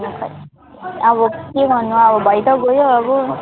अब के भन्नु अब भई त गयो अब